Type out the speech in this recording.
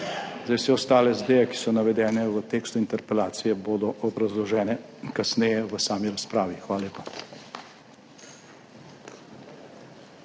Vse ostale zadeve, ki so navedene v tekstu interpelacije bodo obrazložene kasneje v sami razpravi. Hvala lepa.